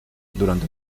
durante